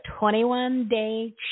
21-day